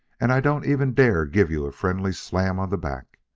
and i don't even dare give you a friendly slam on the back.